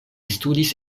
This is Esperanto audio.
studis